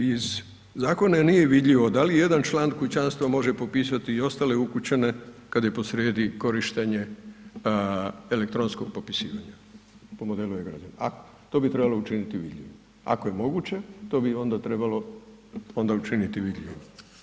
Iz zakona nije vidljivo da li jedan član kućanstva može popisati i ostale ukućane kada je posrijedi korištenje elektronskog popisivanja po modelu e-Građani, a to bi trebalo učiniti … ako je moguće to bi onda trebalo učiniti vidljivim.